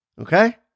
Okay